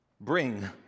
bring